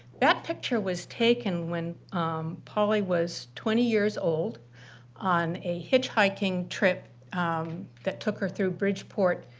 that picture was taken when pauli was twenty years old on a hitch hiking trip that took her through bridgeport,